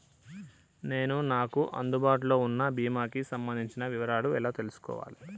నేను నాకు అందుబాటులో ఉన్న బీమా కి సంబంధించిన వివరాలు ఎలా తెలుసుకోవాలి?